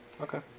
Okay